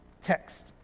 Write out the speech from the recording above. text